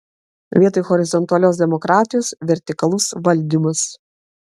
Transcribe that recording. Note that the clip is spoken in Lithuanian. vietoj horizontalios demokratijos vertikalus valdymas